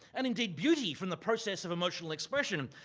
and indeed beauty from the process of emotional expression, and